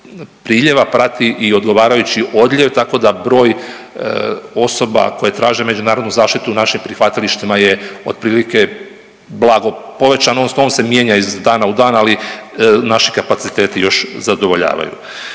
priljeva prati i odgovarajući odljev tako da broj osoba koje traže međunarodnu zaštitu u našim prihvatilištima je otprilike blago povećan, on se mijenja iz dana u dan, ali naši kapaciteti još zadovoljavaju.